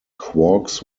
quarks